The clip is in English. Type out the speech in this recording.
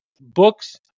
books